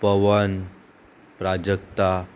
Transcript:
Pawan Prajakta